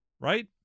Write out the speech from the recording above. right